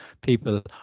people